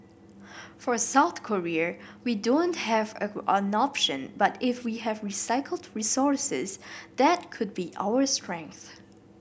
for South Korea we don't have an option but if we have recycled resources that could be our strength